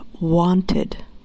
wanted